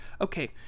Okay